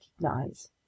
recognize